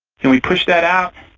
can we push that out?